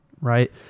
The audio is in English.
right